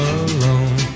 alone